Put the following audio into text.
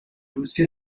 russi